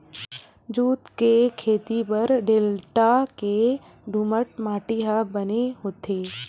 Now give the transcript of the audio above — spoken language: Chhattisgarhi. जूट के खेती बर डेल्टा के दुमट माटी ह बने होथे